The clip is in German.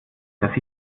dass